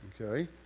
Okay